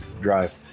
drive